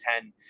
Ten